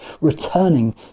returning